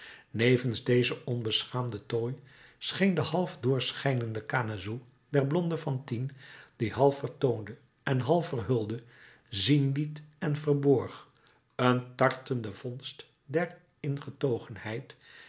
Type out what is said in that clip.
nevens dezen onbeschaamden tooi scheen de half doorschijnende canezou der blonde fantine die half vertoonde en half verhulde zien liet en verborg een tartende vondst der